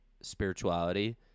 spirituality